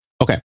Okay